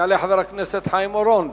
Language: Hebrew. יעלה חבר הכנסת חיים אורון,